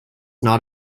not